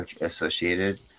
associated